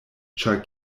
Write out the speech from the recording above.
ĉar